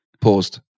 Paused